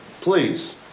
please